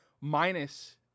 minus